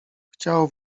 chciał